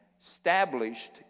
established